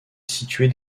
située